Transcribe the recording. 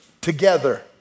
together